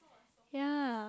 yeah